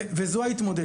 זאת ההתמודדות.